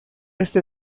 este